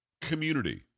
community